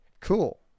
Cool